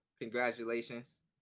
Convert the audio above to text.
congratulations